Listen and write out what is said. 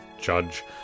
Judge